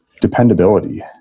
dependability